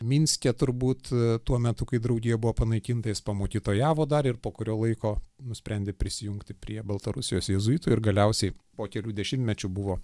minske turbūt tuo metu kai draugija buvo panaikinta jis pamokytojavo dar ir po kurio laiko nusprendė prisijungti prie baltarusijos jėzuitų ir galiausiai po kelių dešimtmečių buvo